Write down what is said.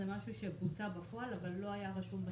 זה משהו שבוצע בפועל אבל לא היה רשום בתקנות.